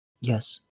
Yes